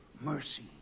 mercy